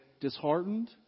disheartened